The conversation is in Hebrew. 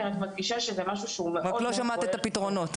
אני רק מדגישה שזה משהו שהוא --- רק לא שמעת את הפתרונות.